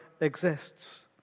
exists